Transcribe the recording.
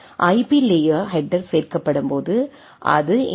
IP layer header சேர்க்கப்படும்போது அது இந்த எல்